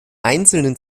einzelnen